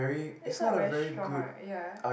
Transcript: it's a very strong what ya